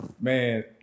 Man